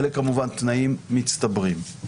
אלה כמובן תנאים מצטברים.